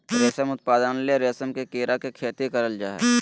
रेशम उत्पादन ले रेशम के कीड़ा के खेती करल जा हइ